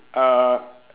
uh